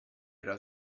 era